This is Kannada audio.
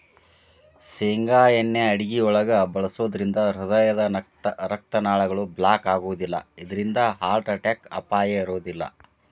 ಶೇಂಗಾ ಎಣ್ಣೆ ಅಡುಗಿಯೊಳಗ ಬಳಸೋದ್ರಿಂದ ಹೃದಯದ ರಕ್ತನಾಳಗಳು ಬ್ಲಾಕ್ ಆಗೋದಿಲ್ಲ ಇದ್ರಿಂದ ಹಾರ್ಟ್ ಅಟ್ಯಾಕ್ ಅಪಾಯ ಇರೋದಿಲ್ಲ